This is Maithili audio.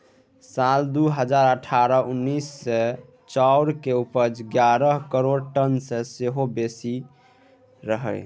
साल दु हजार अठारह उन्नैस मे चाउर केर उपज एगारह करोड़ टन सँ सेहो बेसी रहइ